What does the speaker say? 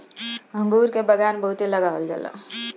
अंगूर के बगान बहुते लगावल जाला